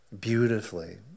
beautifully